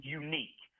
unique